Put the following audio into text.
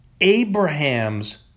Abraham's